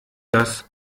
das